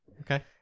Okay